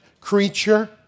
creature